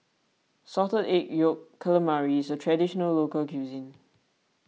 Salted Egg Yolk Calamari is a Traditional Local Cuisine